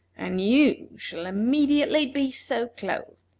and you shall immediately be so clothed.